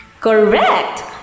Correct